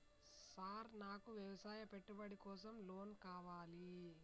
Sir నాకు వ్యవసాయ పెట్టుబడి కోసం లోన్ కావాలి?